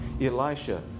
Elisha